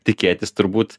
tikėtis turbūt